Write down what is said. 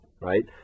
right